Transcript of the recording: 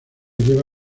lleva